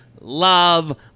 love